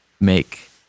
make